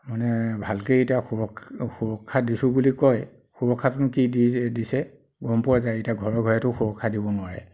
মানে ভালকৈয়ে এতিয়া সুৰক্ষা সুৰক্ষা দিছো বুলি কয় সুৰক্ষাটোনো কি দি দিছে গম পোৱা যায় এতিয়া ঘৰে ঘৰেটো সুৰক্ষা দিব নোৱাৰে